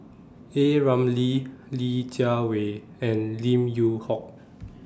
A Ramli Li Jiawei and Lim Yew Hock